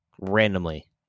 randomly